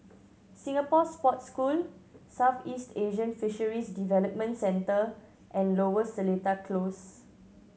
Singapore Sports School Southeast Asian Fisheries Development Center and Lower Seletar Close